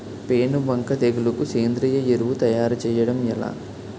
పేను బంక తెగులుకు సేంద్రీయ ఎరువు తయారు చేయడం ఎలా?